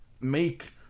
make